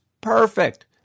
perfect